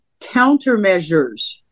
countermeasures